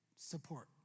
Support